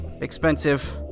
expensive